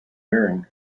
wearing